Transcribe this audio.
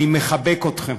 אני מחבק אתכם